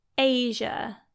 Asia